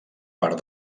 part